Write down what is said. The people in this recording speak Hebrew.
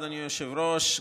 אדוני היושב-ראש,